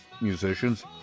musicians